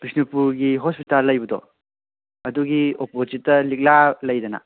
ꯕꯤꯁꯅꯨꯄꯨꯔꯒꯤ hospital ꯂꯩꯕꯗꯣ ꯑꯗꯨꯒꯤ ꯑꯣꯄꯣꯖꯤꯠꯇ ꯂꯤꯛꯂꯥ ꯂꯩꯗꯅ